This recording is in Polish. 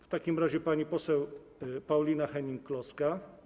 W takim razie pani poseł Paulina Hennig-Kloska.